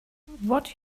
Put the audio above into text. what